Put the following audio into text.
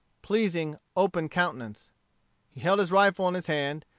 pleasing, open countenance. he held his rifle in his hand,